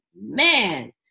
man